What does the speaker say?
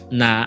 na